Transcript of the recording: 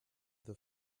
the